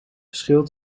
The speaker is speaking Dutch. verschil